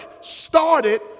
started